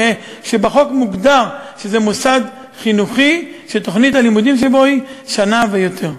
ובחוק מוגדר שזה מוסד חינוכי שתוכנית הלימודים שבו היא שנה ויותר.